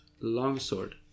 Longsword